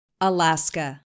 Alaska